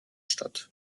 statt